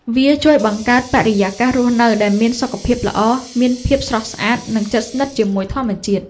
វាជួយបង្កើតបរិយាកាសរស់នៅដែលមានសុខភាពល្អ មានភាពស្រស់ស្អាត និងជិតស្និទ្ធជាមួយធម្មជាតិ។